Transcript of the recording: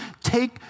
Take